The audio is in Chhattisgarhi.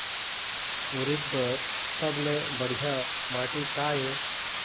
उरीद बर सबले बढ़िया माटी का ये?